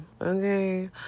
okay